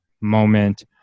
moment